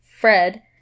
Fred